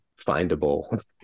findable